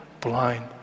blind